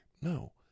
No